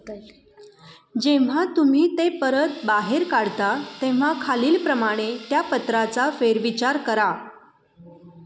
जेव्हा तुम्ही ते परत बाहेर काढता तेव्हा खालीलप्रमाणे त्या पत्राचा फेरविचार करा